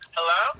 Hello